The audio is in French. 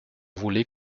voulait